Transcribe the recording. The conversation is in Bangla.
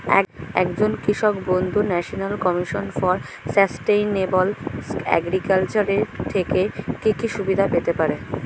একজন কৃষক বন্ধু National Commission for Sustainable Agriculture এর থেকে কি কি সুবিধা পেতে পারে?